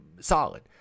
solid